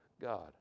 God